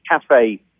cafe